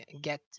get